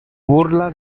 burla